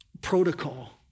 protocol